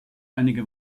einige